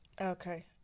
Okay